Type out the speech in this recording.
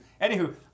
Anywho